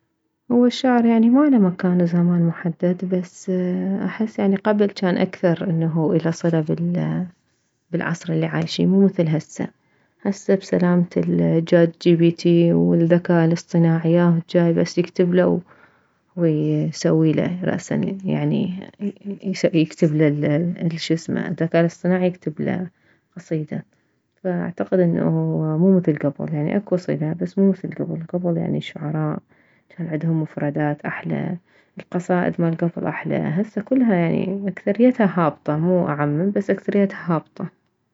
هو الشعر يعني ما له مكان ولا زمان محدد بس احس يعني قبل انه جان اكثر انه اله صلة بالعصر العايشين مو مثل هسه هسه بسلامة الجات حي بي تي والذكاء الاصطناعي ياهو الجاي بس يكتبله ويسويله رأسا يعني يكتبله الشسمه الذكاء الاصطناعي يكتبله قصيدة فاعتقد انه مو مثل كبل يعني اكو صلة بس مو مثل كبل كبل يعني الشعراء جان عدهم مفردات احلى القصائد مالكبل احلى هسه كلها يعني اكثريته هابطة مو اعمم بس اكثريتها هابطة